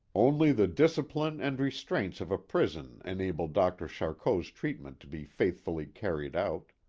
only the discipline and restraints of a prison enabled dr. charcot's treatment to be faithfully carried out.